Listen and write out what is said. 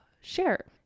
share